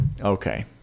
Okay